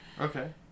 Okay